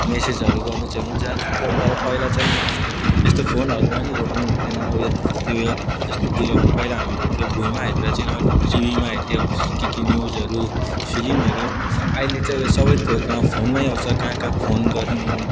म्यासेजहरू गर्नु चाहिँ हुन्छ तर पहिला चाहिँ यस्तो फोनहरूमा नि हेर्नु हुने थिएन ऊ यो त्यो ऊ यो जस्तो कि यो पहिला हामीले त्यो भुईँमा हेरेर चाहिँ टिभीमा हेर्थ्यौँ के के न्युजहरू फिलिमहरू अहिले चाहिँ यो सबै थोक फोनमै आउँछ कहाँ कहाँ फोन गर्नु